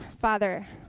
Father